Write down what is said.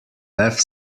left